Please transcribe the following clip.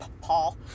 Paul